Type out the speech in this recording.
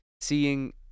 seeing